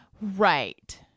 Right